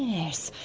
yes,